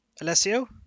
Alessio